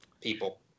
people